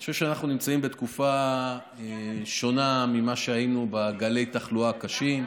אני חושב שאנחנו נמצאים בתקופה שונה מזו שהיינו בה בגלי התחלואה הקשים.